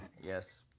yes